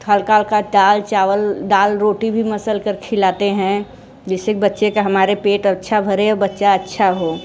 हल्का हल्का दाल चावल दाल रोटी भी मसलकर खिलाते हैं जिसे बच्चे का हमारे पेट अच्छा भरे और बच्चा अच्छा हो